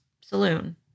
Saloon